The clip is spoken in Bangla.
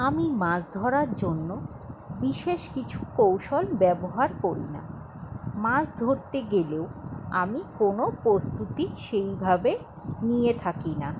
আমি মাছ ধরার জন্য বিশেষ কিছু কৌশল ব্যবহার করি না মাছ ধরতে গেলেও আমি কোনো প্রস্তুতি সেইভাবে নিয়ে থাকি না